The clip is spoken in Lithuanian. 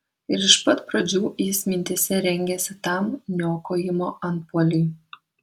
ir iš pat pradžių jis mintyse rengėsi tam niokojimo antpuoliui